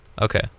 Okay